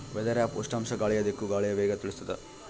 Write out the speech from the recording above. weather app ಉಷ್ಣಾಂಶ ಗಾಳಿಯ ದಿಕ್ಕು ಗಾಳಿಯ ವೇಗ ತಿಳಿಸುತಾದ